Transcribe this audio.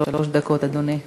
שלוש דקות, אדוני.